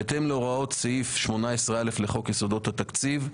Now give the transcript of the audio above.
בהתאם להוראות סעיף 18א לחוק יסודות התקציב,